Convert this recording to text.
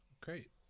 great